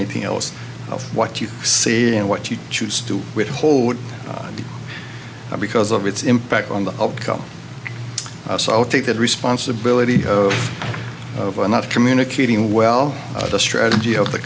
anything else of what you see and what you choose to withhold because of its impact on the outcome so i'll take that responsibility of i'm not communicating well the strategy of the